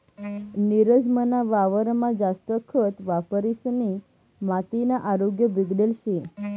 नीरज मना वावरमा जास्त खत वापरिसनी मातीना आरोग्य बिगडेल शे